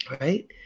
right